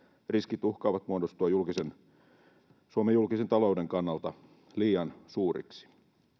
riskit uhkaavat muodostua suomen julkisen talouden kannalta liian suuriksi